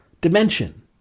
dimension